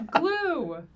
Glue